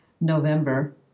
November